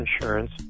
insurance